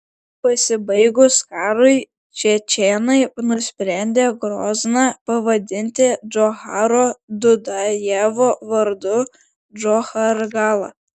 pasibaigus karui čečėnai nusprendę grozną pavadinti džocharo dudajevo vardu džochargala